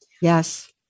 Yes